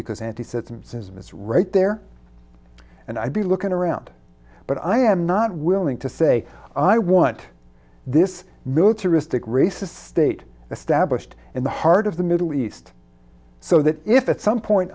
miss right there and i'd be looking around but i am not willing to say i want this militaristic racist state established in the heart of the middle east so that if at some point